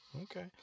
okay